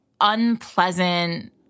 unpleasant